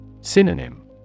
Synonym